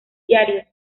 diarios